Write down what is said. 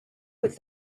with